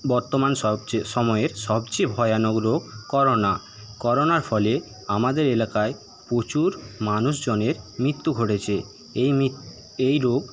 বর্তমান সবচেয়ে সময়ের সবচেয়ে ভয়ানক রোগ করোনা করোনার ফলে আমাদের এলাকায় প্রচুর মানুষজনের মৃত্যু ঘটেছে এই এই রোগ